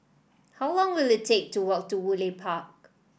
how long will it take to walk to Woodleigh Park